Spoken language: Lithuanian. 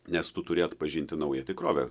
nes tu turi atpažinti naują tikrovę